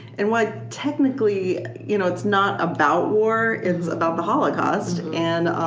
and like technically you know it's not about war, it's about the holocaust. and